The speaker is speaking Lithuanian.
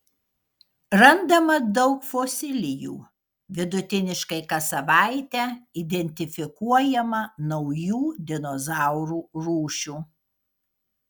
randama daug fosilijų vidutiniškai kas savaitę identifikuojama naujų dinozaurų rūšių